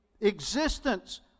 existence